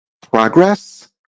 progress